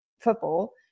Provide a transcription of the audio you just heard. football